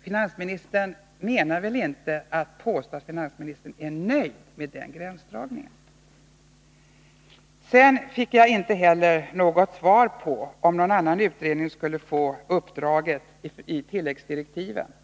Finansministern kan väl ändå inte påstå att han är nöjd med den gränsdragningen. Sedan fick jag inte heller något svar på om någon annan utredning skall få uppdraget i tilläggsdirektiven, dvs.